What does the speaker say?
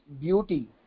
beauty